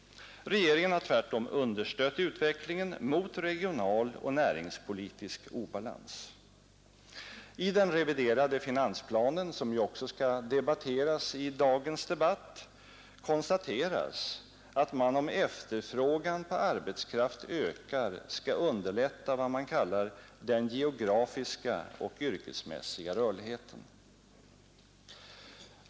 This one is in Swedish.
Regeringen har tvärtom understött utvecklingen mot regionaloch näringspolitisk obalans. I den reviderade finansplan som också skall diskuteras i dagens debatt konstateras att man, om efterfrågan på arbetskraft ökar, skall underlätta den ”geografiska och yrkesmässiga rörligheten”.